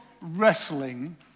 wrestling